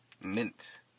mint